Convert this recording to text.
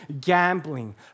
gambling